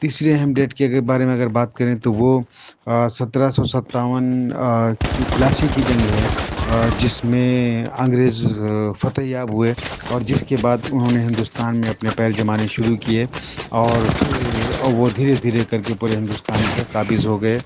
تیسری اہم ڈیٹ کے اگر بارے میں اگر بات کریں تو وہ سترہ سو ستاون کی پلاسی کی جنگ ہے جس میں انگریز فتح یاب ہوئے اور جس کے بعد انہوں نے ہندوستان میں اپنے پیر جمانے شروع کیے اور پھر وہ دھیرے دھیرے کر کے پورے ہندوستان پہ قابض ہو گئے